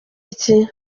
iki